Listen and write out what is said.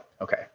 okay